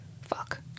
Fuck